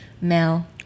male